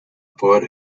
por